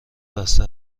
بسته